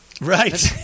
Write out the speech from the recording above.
Right